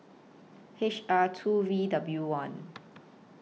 H R two V W one